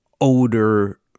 older